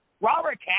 Robert